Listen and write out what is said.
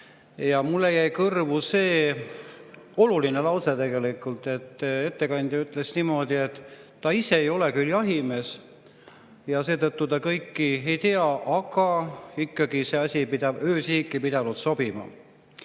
ja mulle jäi kõrvu see oluline lause, et ettekandja ütles niimoodi, et ta ise ei ole küll jahimees ja seetõttu ta kõike ei tea. Aga ikkagi see asi, öösihik, ei pidanud sobima. Mina